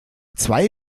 zwei